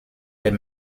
est